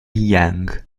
yang